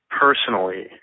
Personally